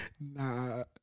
Nah